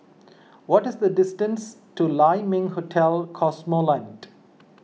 what is the distance to Lai Ming Hotel Cosmoland